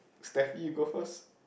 Steffi you go first